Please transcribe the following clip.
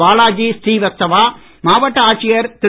பாலாஜி ஸ்ரீவத்சவா மாவட்ட ஆட்சியர் திரு